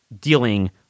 dealing